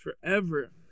forever